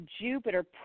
Jupiter